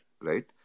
right